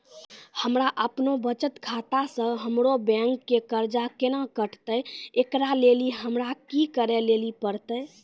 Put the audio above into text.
हमरा आपनौ बचत खाता से हमरौ बैंक के कर्जा केना कटतै ऐकरा लेली हमरा कि करै लेली परतै?